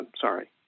sorry